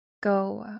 go